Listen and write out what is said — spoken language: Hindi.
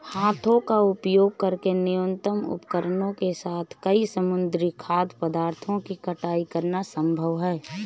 हाथों का उपयोग करके न्यूनतम उपकरणों के साथ कई समुद्री खाद्य पदार्थों की कटाई करना संभव है